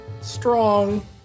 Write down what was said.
strong